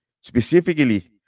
specifically